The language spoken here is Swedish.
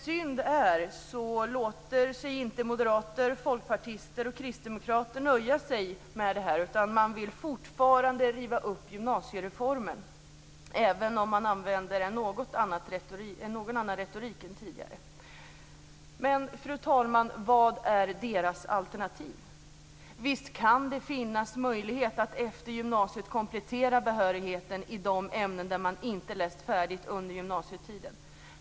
Synd nog låter sig inte moderater, folkpartister och kristdemokrater nöja med detta, utan man vill fortfarande riva upp gymnasiereformen, även om man använder en något annan retorik än tidigare. Fru talman! Vad är då deras alternativ? Visst kan det finnas möjligheter att efter gymnasiet komplettera behörigheten i de ämnen där man inte läst färdigt under gymnasietiden.